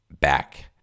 back